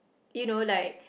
you know like